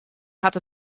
hat